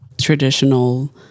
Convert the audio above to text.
traditional